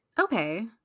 Okay